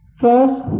First